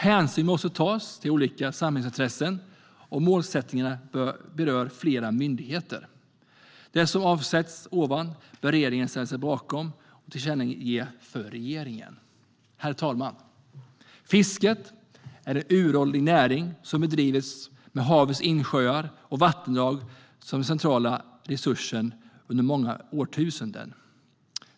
Hänsyn måste tas till olika samhällsintressen, och målsättningarna berör flera myndigheter. Det som här sagts bör riksdagen ställa sig bakom och tillkännage för regeringen. Herr talman! Fisket är en uråldrig näring som bedrivits med havet, insjöar och vattendrag som den centrala resursen under många årtusenden.